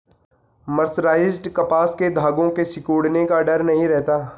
mercerised कपास के धागों के सिकुड़ने का डर नहीं रहता